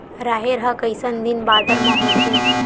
राहेर ह कइसन दिन बादर म होथे?